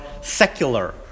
secular